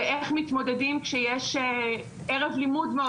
זה איך מתמודדים כשיש ערב לימוד מאוד